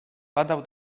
padał